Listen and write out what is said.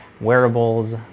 wearables